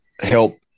help